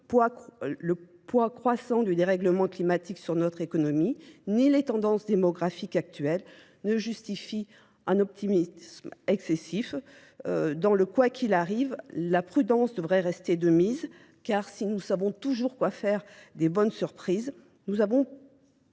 le poids croissant du dérèglement climatique sur notre économie, ni les tendances démographiques actuelles ne justifient un optimisme excessif dans le quoi qu'il arrive Quoi qu'il arrive, la prudence devrait rester de mise car si nous savons toujours quoi faire des bonnes surprises, nous avons